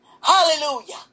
Hallelujah